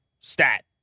stat